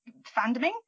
fandoming